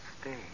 stay